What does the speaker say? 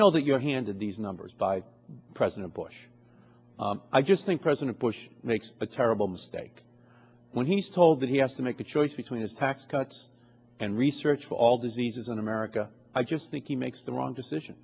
know that your hand in these numbers by president bush i just think president bush makes a terrible mistake when he's told that he has to make a choice between his tax cuts and research for all diseases in america i just think he makes the wrong decision